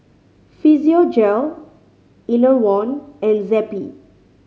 Physiogel Enervon and Zappy